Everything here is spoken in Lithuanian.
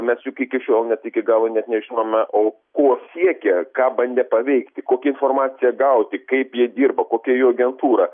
mes juk iki šiol net iki galo net nežinome o ko siekė ką bandė paveikti kokią informaciją gauti kaip jie dirbo kokia jų agentūra